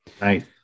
Nice